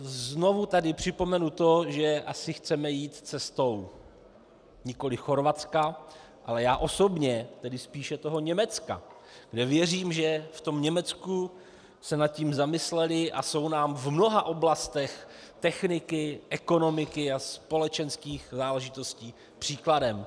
Znovu tu připomenu to, že asi chceme jít cestou nikoli Chorvatska, ale já osobně spíše toho Německa, kde věřím, že v Německu se nad tím zamysleli a jsou nám v mnoha oblastech techniky, ekonomiky a společenských záležitostí příkladem.